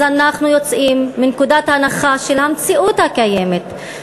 אז אנחנו יוצאים מנקודת הנחה של המציאות הקיימת,